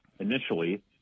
initially